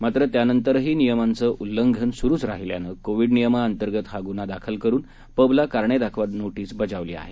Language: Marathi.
मात्र त्यानंतरही नियमांचं उल्लंघन सुरुच राहिल्यानं कोविड नियमांअंतर्गत गुन्हा दाखल करून पबला कारणे दाखवा नोटीस बजावली आहे